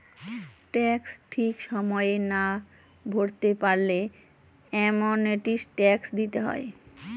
tax ঠিক সময়ে না ভরতে পারলে অ্যামনেস্টি ট্যাক্স দিতে হয়